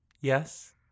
Yes